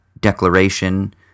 declaration